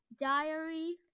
Diary